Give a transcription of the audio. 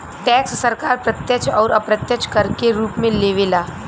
tax सरकार प्रत्यक्ष अउर अप्रत्यक्ष कर के रूप में लेवे ला